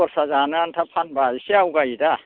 खरसा जानो आनथा इसे फानब्ला आवगायोदा